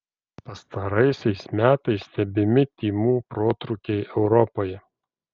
pastaraisiais metais stebimi tymų protrūkiai europoje